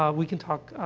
ah we can talk, ah,